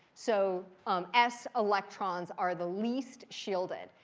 so s electrons are the least shielded.